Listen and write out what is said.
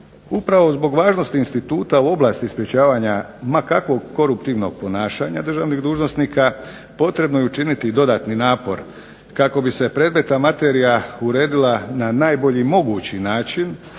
upravo zbog važnosti instituta u oblasti sprječavanja ma kakvog koruptivnog ponašanja državnih dužnosnika potrebno je učiniti i dodatni napor kako bi se predmetna materija uredila na najbolji mogući način,